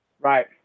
Right